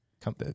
Come